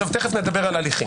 תכף נדבר על הליכים.